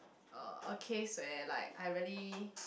uh a case where like I really